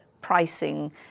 pricing